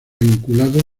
vinculada